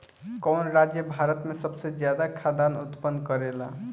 कवन राज्य भारत में सबसे ज्यादा खाद्यान उत्पन्न करेला?